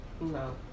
No